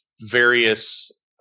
various